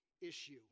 issue